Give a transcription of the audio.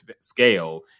scale